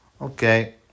Okay